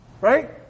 Right